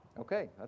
Okay